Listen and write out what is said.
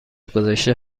گذشته